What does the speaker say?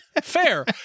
fair